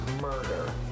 murder